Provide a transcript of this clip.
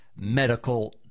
medical